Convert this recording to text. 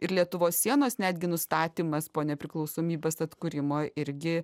taip ir lietuvos sienos netgi nustatymas po nepriklausomybės atkūrimo irgi